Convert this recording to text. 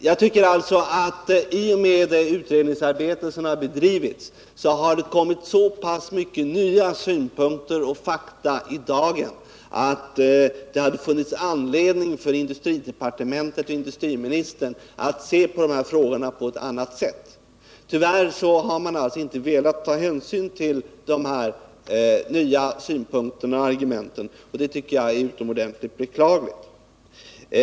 Jag tycker alltså att det, genom det utredningsarbete som har bedrivits, har kommit så många nya synpunkter och fakta i dagen att det har funnits anledning för industridepartementet och industriministern att se på de här frågorna på ett annat sätt. Tyvärr har man inte velat ta hänsyn till dessa nya synpunkter och argument. Det tycker jag är utomordentligt beklagligt.